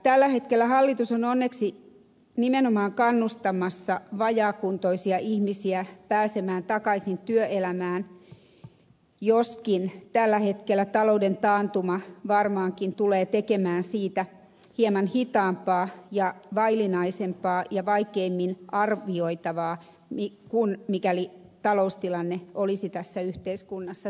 tällä hetkellä hallitus on onneksi nimenomaan kannustamassa vajaakuntoisia ihmisiä pääsemään takaisin työelämään joskin tällä hetkellä talouden taantuma varmaankin tulee tekemään siitä hieman hitaampaa ja vaillinaisempaa ja vaikeammin arvioitavaa kuin mikäli taloustilanne olisi tässä yhteiskunnassa toinen